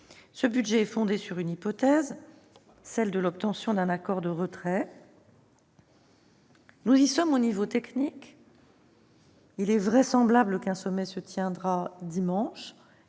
Ce budget est fondé sur une hypothèse : la conclusion d'un accord de retrait. Nous y sommes au niveau technique. Il est vraisemblable qu'un sommet se tiendra dimanche